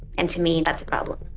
and to me, that's a problem.